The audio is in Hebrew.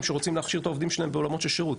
שרוצים להכשיר את העובדים שלהם בעולמות שירות.